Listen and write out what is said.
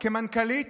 כמנכ"לית?